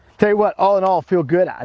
tell you what, all in all feel good.